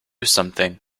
something